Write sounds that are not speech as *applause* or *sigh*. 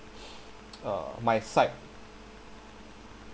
*noise* uh my side